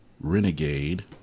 Renegade